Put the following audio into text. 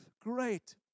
great